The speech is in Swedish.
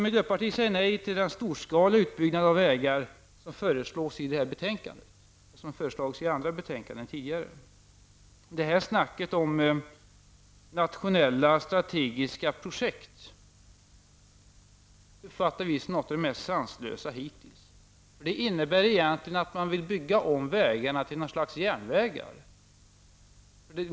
Miljöpartiet säger nej till den storskaliga utbyggnaden av vägarna som föreslås i betänkandet och som har föreslagits tidigare i andra betänkanden. Detta snack om traditionella strategiska projekt uppfattar vi som något av det mest sanslösa hittills. Det innebär egentligen att man vill bygga om vägarna till någon slags järnväg.